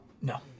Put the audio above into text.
No